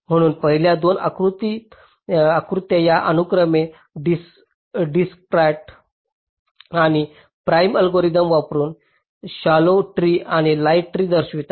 म्हणून पहिल्या दोन आकृत्या त्या अनुक्रमे डिजक्राटDijkstra's आणि प्रीम Prim's अल्गोरिदम वापरुन शॉलॉव ट्रीे आणि लाइट ट्री दर्शवितात